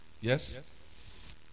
Yes